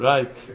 Right